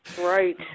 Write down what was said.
Right